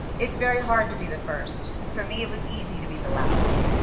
it's very hard to be the first. for me it was easy to be the last.